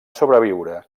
sobreviure